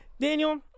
Daniel